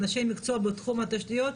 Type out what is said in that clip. אנשי מקצוע בתחום התשתיות,